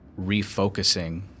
refocusing